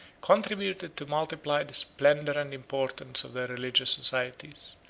contributed to multiply the splendor and importance of their religious societies,